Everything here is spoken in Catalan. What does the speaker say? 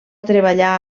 treballar